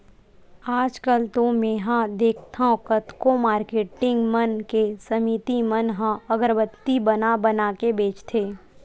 आजकल तो मेंहा देखथँव कतको मारकेटिंग मन के समिति मन ह अगरबत्ती बना बना के बेंचथे